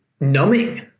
numbing